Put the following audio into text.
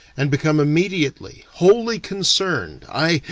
and become immediately wholly concerned, aye,